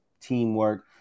teamwork